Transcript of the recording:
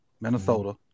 Minnesota